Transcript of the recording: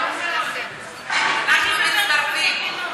רק ניסינו להבין.